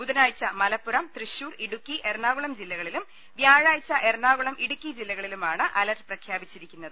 ബുധനാഴ്ച മലപ്പുറം തൃശൂർ ഇടുക്കി എറണാകുളം ജില്ലകളിലും വൃാഴാഴ്ച എറണാകുളം ഇടുക്കി ജില്ലക ളിലുമാണ് അലർട്ട് പ്രഖ്യാപിച്ചിരിക്കുന്നത്